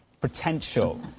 potential